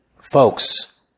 Folks